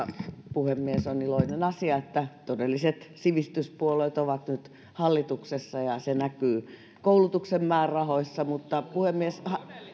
puhemies on iloinen asia että todelliset sivistyspuolueet ovat nyt hallituksessa ja se näkyy koulutuksen määrärahoissa mutta puhemies